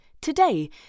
today